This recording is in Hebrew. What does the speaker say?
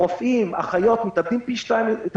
רופאים ואחיות מתאבדים פי שניים יותר